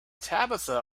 tabitha